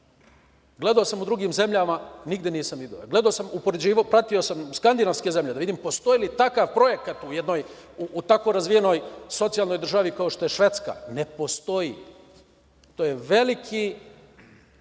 rada. Gledao sam u drugim zemljama nigde nisam video. Gledao sam, upoređivao, pratio sam skandinavske zemlje, postoji li takav projekat u jednoj tako razvijenoj socijalnoj državi kao što je Švedska, ne postoji. To je veliki korak